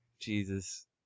Jesus